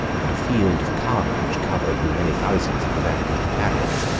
and a field of carnage covered with many thousands of the vanquished italians.